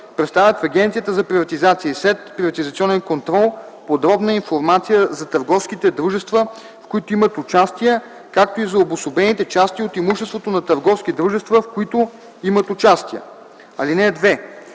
представят в Агенцията за приватизация и следприватизационен контрол подробна информация за търговските дружества, в които имат участия, както и за обособените части от имуществото на търговски дружества, в които имат участия. (2) В